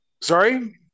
Sorry